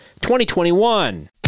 2021